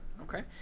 okay